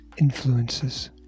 influences